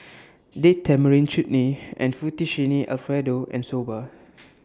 Date Tamarind Chutney Fettuccine Alfredo and Soba